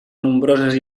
nombroses